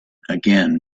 again